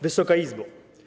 Wysoka Izbo!